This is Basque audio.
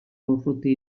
urruti